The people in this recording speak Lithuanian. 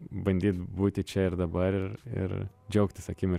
bandyt būti čia ir dabar ir ir džiaugtis akimir